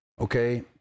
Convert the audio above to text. Okay